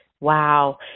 Wow